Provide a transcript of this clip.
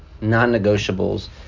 non-negotiables